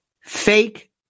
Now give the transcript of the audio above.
fake